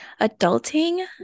adulting